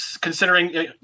considering